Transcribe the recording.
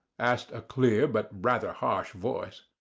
asked a clear but rather harsh voice.